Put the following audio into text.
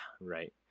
right